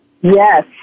Yes